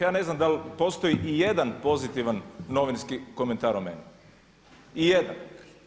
Ja ne znam jel' postoji i jedan pozitivan novinski komentar o meni, ijedan.